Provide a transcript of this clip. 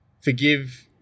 forgive